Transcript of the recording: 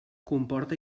comporta